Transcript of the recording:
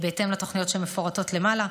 בהתאם לתוכניות שמפורטות למעלה.